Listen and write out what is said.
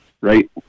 right